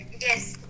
Yes